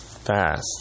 fast